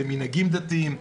למנהגים דתיים,